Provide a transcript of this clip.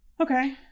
Okay